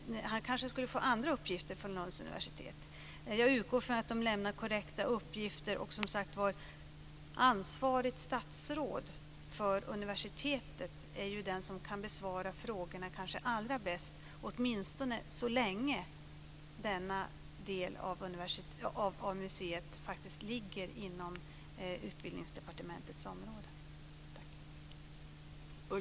Kanske skulle han få andra uppgifter från Lunds universitet. Jag utgår från att de lämnar korrekta uppgifter. Som sagt: Ansvarigt statsråd för universitetet är den som kanske allra bäst kan besvara frågorna, åtminstone så länge denna del av museet faktiskt ligger inom Utbildningsdepartementets område.